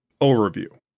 Overview